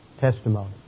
testimony